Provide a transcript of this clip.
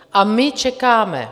A my čekáme.